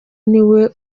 niwe